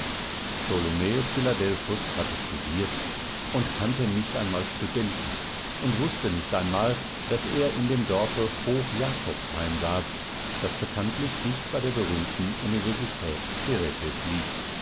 ptolomäus philadelphus hatte studiert und kannte nicht einmal studenten und wußte nicht einmal daß er in dem dorfe hoch jakobsheim saß das bekanntlich dicht bei der berühmten universität kerepes liegt